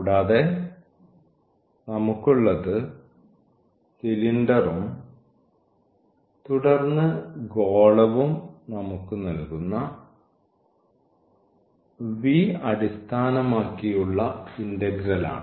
കൂടാതെ നമുക്കുള്ളത് സിലിണ്ടറും തുടർന്ന് ഗോളവും നമുക്ക് നൽകുന്ന V അടിസ്ഥാനമാക്കിയുള്ള ഇന്റഗ്രൽ ആണ്